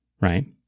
right